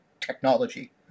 technology